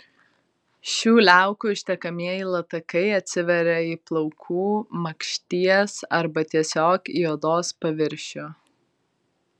šių liaukų ištekamieji latakai atsiveria į plaukų makšties arba tiesiog į odos paviršių